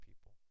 people